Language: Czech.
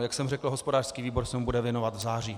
Jak jsem řekl, hospodářský výbor se mu bude věnovat v září.